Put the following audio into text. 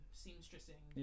seamstressing